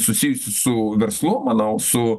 susijusi su verslu manau su